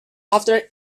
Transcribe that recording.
after